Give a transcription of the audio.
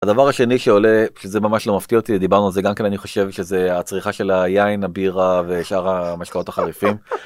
הדבר השני שעולה שזה ממש לא מפתיע אותי דיברנו על זה גם כי אני חושב שזה הצריכה של היין הבירה ושאר המשקעות החריפים.